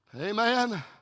Amen